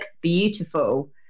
beautiful